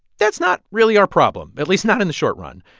that's not really our problem, at least not in the short run.